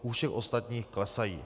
U všech ostatních klesají.